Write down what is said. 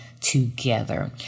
together